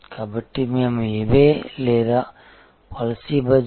కాబట్టి మేము eBay లేదా పాలసీబజార్